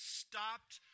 stopped